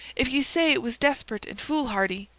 if ye say it was desperate and foolhardy,